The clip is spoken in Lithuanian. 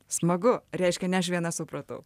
smagu reiškia ne aš viena supratau